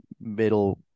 middle –